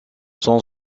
son